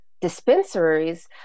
dispensaries